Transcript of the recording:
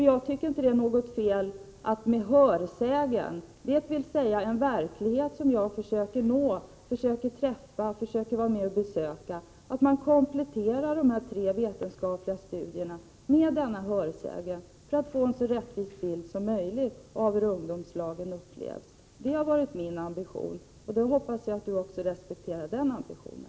Jag tycker inte att det är något fel att jag bygger mitt ställningstagande på hörsägner, dvs. på den verklighet jag upplever när jag träffar dessa ungdomar. Jag har velat komplettera de tre utvärderingarna med dessa hörsägner för att få en så rättvis bild som möjligt av hur ungdomslagen upplevs. Det har varit min ambition, och jag hoppas att Bengt Wittbom respekterar också den ambitionen.